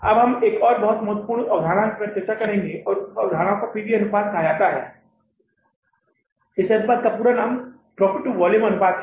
अब हम एक और बहुत महत्वपूर्ण अवधारणा पर चर्चा करेंगे और उस अवधारणा को पीवी अनुपात कहा जाता है इस अनुपात का पूरा नाम प्रॉफिट टू वॉल्यूम अनुपात है